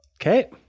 Okay